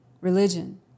religion